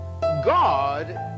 God